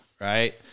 right